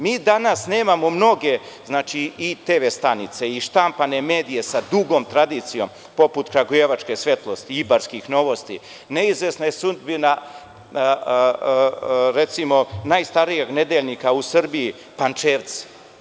Mi danas nemamo mnoge, znači i tv stanice, štampane medije sa dugom tradicijom, poput „Kragujevačke svetlosti“, „Ibarskih novosti“, neizvesna je sudbina recimo najstarijeg nedeljnika u Srbiji „Pančevca“